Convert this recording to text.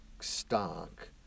stock